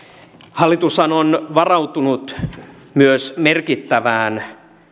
hallitushan on varautunut myös merkittävään